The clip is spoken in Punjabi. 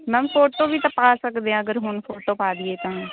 ਮੈਮ ਫੋਟੋ ਵੀ ਤਾਂ ਪਾ ਸਕਦੇ ਹਾਂ ਅਗਰ ਹੁਣ ਫੋਟੋ ਪਾ ਦੇਦੀਏ ਤਾਂ